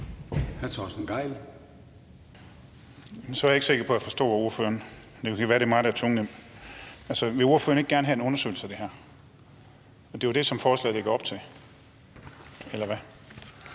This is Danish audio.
Torsten Gejl (ALT): Så er jeg ikke sikker på, jeg forstod ordføreren, men det kan være, det er mig, der er tungnem. Vil ordføreren ikke gerne have en undersøgelse af det her? Det er jo det, forslaget lægger op til – eller hvad?